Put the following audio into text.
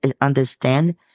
understand